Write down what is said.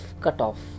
cutoff